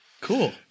Cool